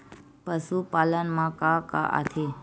पशुपालन मा का का आथे?